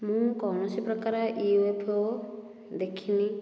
ମୁଁ କୌଣସି ପ୍ରକାର ୟୁଏଫଓ ଦେଖିନି